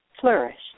flourished